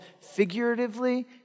figuratively